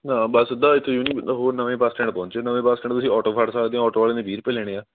ਹਾਂ ਬੱਸ ਸਿੱਧਾ ਇੱਥੇ ਯੂਨੀ ਹੋਰ ਨਵੇਂ ਬੱਸ ਸਟੈਂਡ ਪਹੁੰਚੋ ਨਵੇਂ ਬੱਸ ਸਟੈਂਡ ਤੋਂ ਤੁਸੀਂ ਔਟੋ ਫੜ ਸਕਦੇ ਹੋ ਔਟੋ ਵਾਲੇ ਨੇ ਵੀਹ ਰੁਪਏ ਲੈਣੇ ਹੈ